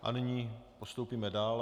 A nyní postoupíme dále.